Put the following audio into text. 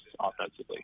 offensively